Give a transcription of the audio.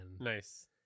Nice